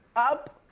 up.